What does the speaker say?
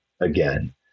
again